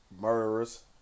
murderers